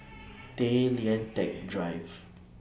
Tay Lian Teck Drive